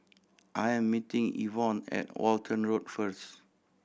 I am meeting Evon at Walton Road first